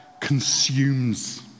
consumes